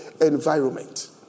environment